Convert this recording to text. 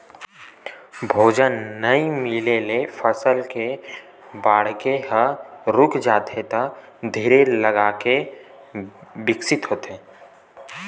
भोजन नइ मिले ले फसल के बाड़गे ह रूक जाथे त धीर लगाके बिकसित होथे